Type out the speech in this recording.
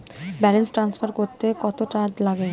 Balance transfer করতে কত charge লাগে?